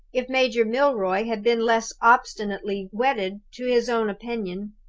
if major milroy had been less obstinately wedded to his own opinion,